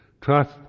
trust